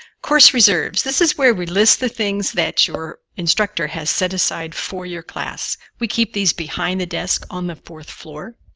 course reserves this is where we list the things that your instructor has set aside for your class. we keep these behind the desk on the fourth floor.